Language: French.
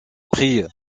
prient